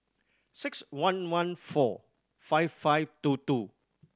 six one one four five five two two